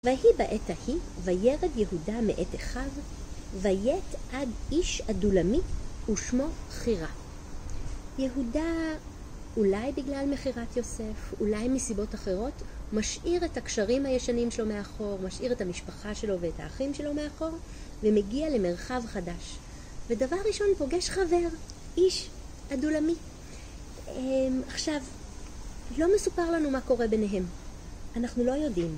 והיא בעת ההיא ויירת יהודה מעת אחד ויית עד איש אדולמי, ושמו חירה. יהודה, אולי בגלל מכירת יוסף, אולי מסיבות אחרות, משאיר את הקשרים הישנים שלו מאחור, משאיר את המשפחה שלו ואת האחים שלו מאחור, ומגיע למרחב חדש. ודבר ראשון פוגש חבר, איש אדולמי. עכשיו, לא מסופר לנו מה קורה ביניהם. אנחנו לא יודעים.